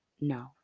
No